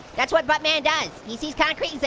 that's what buttman does. he sees concrete,